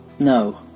No